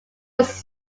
was